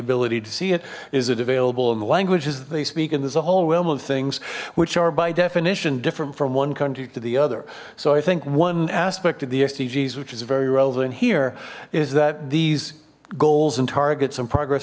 ability to see it is it available in the languages that they speak and there's a whole realm of things which are by definition different from one country to the other so i think one aspect of the sdgs which is very relevant here is that these goals and targets and progress